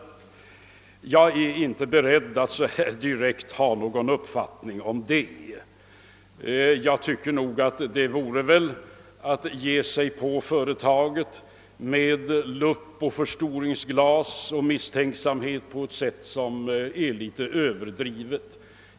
| Jag är inte beredd att här ha någon uppfattning om detta, men jag tycker nog att det vore att ge sig på företaget med förstoringsglas och att ge uitryck för misstänksamhet på ett sätt som vore litet överdrivet.